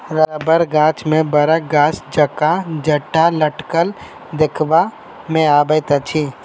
रबड़ गाछ मे बड़क गाछ जकाँ जटा लटकल देखबा मे अबैत अछि